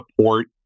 support